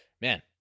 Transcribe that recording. man